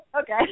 okay